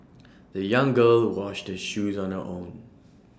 the young girl washed her shoes on her own